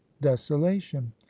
desolation